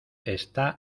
está